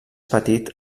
petit